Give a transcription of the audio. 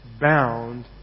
bound